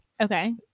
Okay